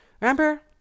Remember